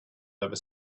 over